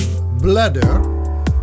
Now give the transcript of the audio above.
bladder